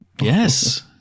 Yes